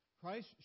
Christ